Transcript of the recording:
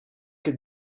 che